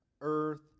earth